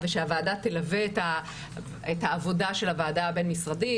ושהוועדה תלווה את העבודה של הוועדה הבין-משרדית,